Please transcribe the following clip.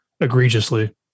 egregiously